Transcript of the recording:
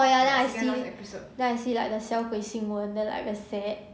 ya ya see then I see like the 小鬼新闻 then I very sad